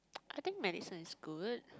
I think medicine is good